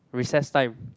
recess time